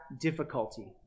difficulty